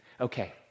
Okay